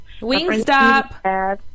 Wingstop